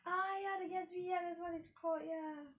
ah ya the gatsby ya that's what it's called ya